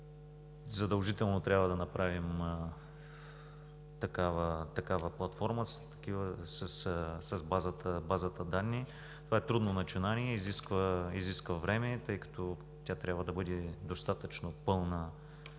задължително трябва да направим такава платформа с базата данни. Това е трудно начинание и изисква време, тъй като тя трябва да бъде достатъчно пълна и